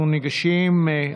אנחנו ניגשים,